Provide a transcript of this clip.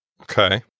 Okay